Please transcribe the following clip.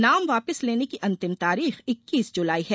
नाम वापिस लेने की अंतिम तारीख इक्कीस जुलाई है